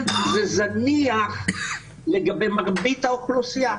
זה זניח לגבי מרבית האוכלוסייה.